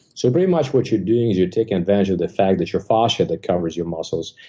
so pretty much what you're doing is you're taking advantage of the fact that your fascia that covers your muscles,